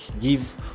give